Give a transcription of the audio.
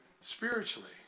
spiritually